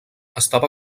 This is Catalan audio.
estava